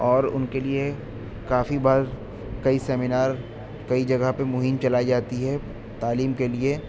اور ان کے لیے کافی بار کئی سیمینار کئی جگہ پہ مہم چلائی جاتی ہے تعلیم کے لیے